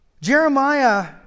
Jeremiah